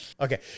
Okay